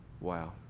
Wow